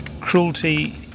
cruelty